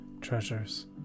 treasures